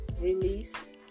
Release